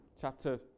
chapter